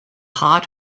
heart